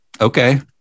Okay